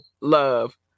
Love